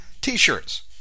T-shirts